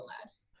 less